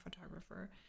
photographer